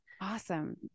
Awesome